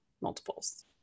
multiples